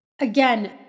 Again